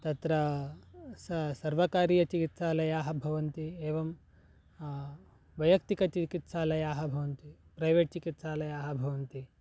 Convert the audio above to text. तत्र स सर्वकारीयचिकित्सालयाः भवन्ति एवं वैयक्तिकचिकित्सालयाः भवन्ति प्रैवेट् चिकित्सालयाः भवन्ति